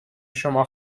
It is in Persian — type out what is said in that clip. شما